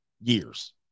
years